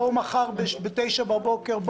בואו מחר בתשע בבוקר,